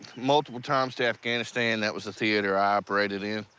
multiple times to afghanistan. that was the theater i operated in.